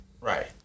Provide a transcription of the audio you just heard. Right